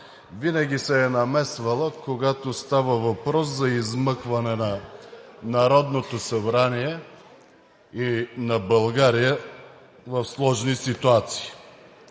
винаги се е намесвало, когато става въпрос за измъкване на Народното събрание и на България в сложни ситуации.